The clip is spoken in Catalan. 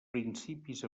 principis